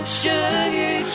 sugar